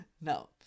No